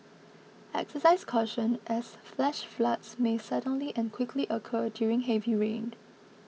exercise caution as flash floods may suddenly and quickly occur during heavy rain